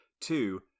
Two